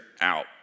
out